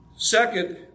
Second